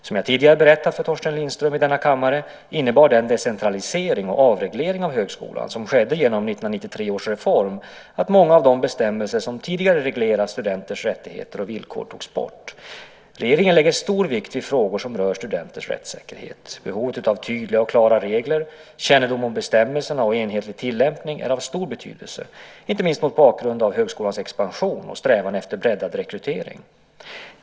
Som jag tidigare berättat för Torsten Lindström i denna kammare innebar den decentralisering och avreglering av högskolan som skedde genom 1993 års reform att många av de bestämmelser som tidigare reglerat studenters rättigheter och villkor togs bort. Regeringen lägger stor vikt vid frågor som rör studenters rättssäkerhet. Behovet av tydliga och klara regler, kännedom om bestämmelserna och enhetlig tillämpning är av stor betydelse, inte minst mot bakgrund av högskolans expansion och strävan efter breddad rekrytering.